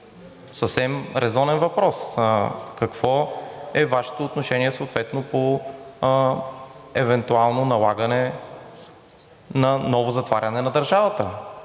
Съвсем резонен въпрос: какво е Вашето отношение съответно по евентуално налагане на ново затваряне на държавата,